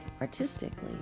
artistically